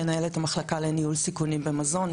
מנהלת המחלקה לניהול סיכונים במזון,